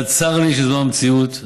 אבל צר לי שזו המציאות,